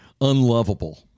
unlovable